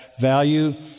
value